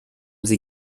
sie